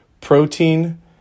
protein